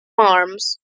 arms